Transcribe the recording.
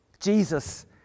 Jesus